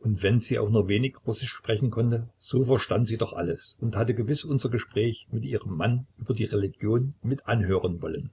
und wenn sie auch nur wenig russisch sprechen konnte so verstand sie doch alles und hatte gewiß unser gespräch mit ihrem manne über die religion mit anhören wollen